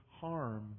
harm